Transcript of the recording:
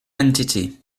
entity